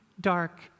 dark